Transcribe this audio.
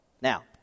Now